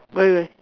where where where